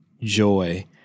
joy